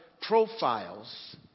profiles